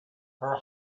her